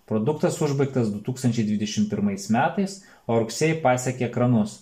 produktas užbaigtas du tūkstančiai dvidešim pirmais metais o rugsėjį pasiekė ekranus